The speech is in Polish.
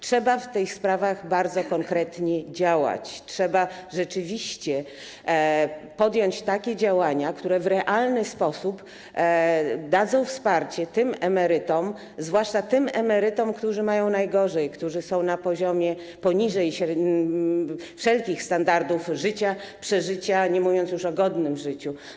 Trzeba w tych sprawach bardzo konkretnie działać, rzeczywiście trzeba podjąć takie działania, które w realny sposób dadzą wsparcie emerytom, zwłaszcza tym, którzy mają najgorzej, którzy są na poziomie poniżej wszelkich standardów życia, przeżycia, nie mówiąc już o godnym życiu.